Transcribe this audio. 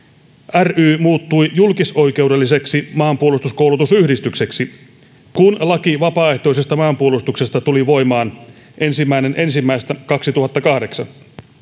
ry muuttui julkisoikeudelliseksi maanpuolustuskoulutusyhdistykseksi kun laki vapaaehtoisesta maanpuolustuksesta tuli voimaan ensimmäinen ensimmäistä kaksituhattakahdeksan